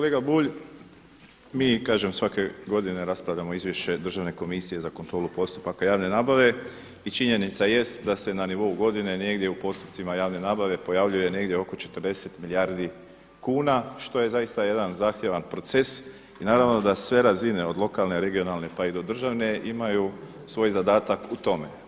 Kolega Bulj, mi kažem svake godine raspravljamo izvješće Državnu komisiju za kontrolu postupaka javne nabave i činjenica jest da se na nivou godine negdje u postupcima javne nabave pojavljuje negdje oko 40 milijardi kuna, što je zaista jedan zahtjevan proces i naravno da sve razine od lokalne, regionalne pa i do državne imaju svoj zadatak u tome.